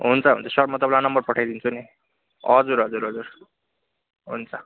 हुन्छ हुन्छ सर म तपाईँलाई नम्बर पठाइदिन्छु नि हजुर हजुर हजुर हुन्छ